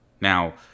Now